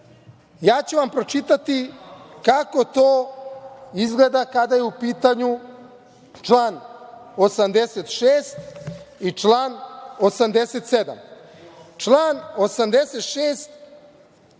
ja ću vam pročitati kako to izgleda kada je u pitanju član 86. i član